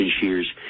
shears